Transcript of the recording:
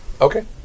Okay